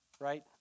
right